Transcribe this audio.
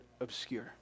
obscure